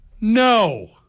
no